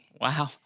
Wow